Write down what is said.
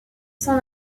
sans